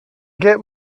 get